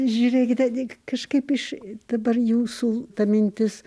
žiūrėkite lyg kažkaip iš dabar jūsų ta mintis